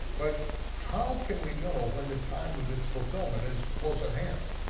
but how can we know when the time of its fulfillment is close at hand?